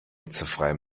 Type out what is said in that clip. hitzefrei